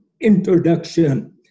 introduction